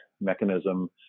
mechanism